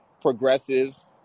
progressives